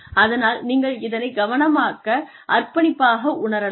அதனால் நீங்கள் இதனை கவனமாக்க அர்ப்பணிப்பாக உணரலாம்